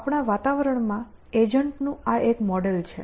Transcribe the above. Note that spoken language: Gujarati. આપણા વાતાવરણ માં એજન્ટનું આ એક મોડેલ છે